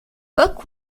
buck